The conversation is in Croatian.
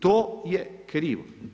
To je krivo.